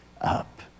up